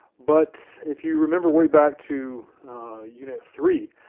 but if you remember way back to unit three,